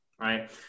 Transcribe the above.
Right